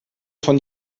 von